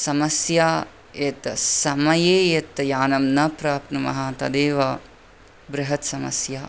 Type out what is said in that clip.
समस्या यत् समये यद् यानं न प्राप्नुमः तदेव बृहत् समस्या